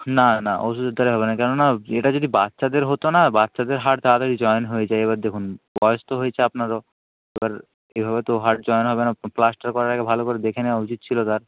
না না ওষুধের দ্বারা হবে না কেন না এটা যদি বাচ্চাদের হতো না বাচ্চাদের হাড় তাড়াতাড়ি জয়েন হয়ে যায় এবার দেখুন বয়স তো হয়েছে আপনারও এবার এভাবে তো হাড় জয়েন হবে না প্লাস্টার করার আগে ভালো করে দেখে নেওয়া উচিত ছিলো তার